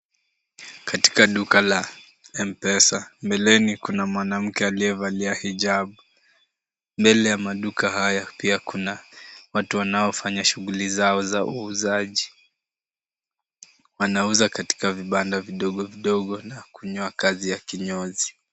Katika duka la M-Pesa mbeleni kuna mwanamke aliyevalia hijabu. Mbele ya maduka haya pia kuna watu wanaofanya shughuli zao uzaji. Wanauza katika vibanda vidogo vidogo na kunyoa kazi ya kinyozi.